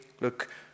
look